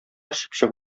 чыпчык